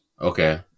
Okay